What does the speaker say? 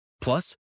Plus